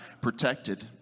protected